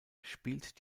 spielt